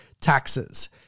taxes